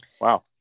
Wow